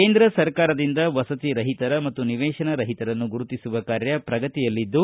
ಕೇಂದ್ರ ಸರ್ಕಾರದಿಂದ ವಸತಿ ರಹಿತರ ಮತ್ತು ನಿವೇಶನ ರಹಿತರನ್ನು ಗುರುತಿಸುವ ಕಾರ್ಯ ಪ್ರಗತಿಯಲ್ಲಿದ್ದು